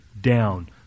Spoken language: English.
down